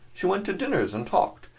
she went to dinners and talked,